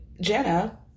Jenna